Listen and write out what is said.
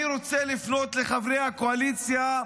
אני רוצה לפנות לחברי הקואליציה,